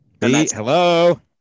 Hello